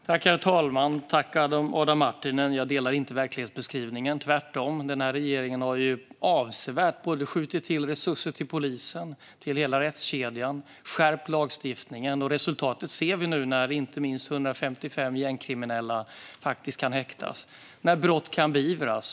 Herr talman! Tack, Adam Marttinen, för frågan! Jag delar inte verklighetsbeskrivningen. Tvärtom har regeringen skjutit till avsevärda resurser både till polisen och till hela rättskedjan och skärpt lagstiftningen. Resultatet ser vi inte minst nu, när 155 gängkriminella faktiskt kan häktas och när brott kan beivras.